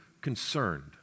concerned